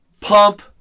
pump